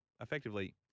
effectively